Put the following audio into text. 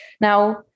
Now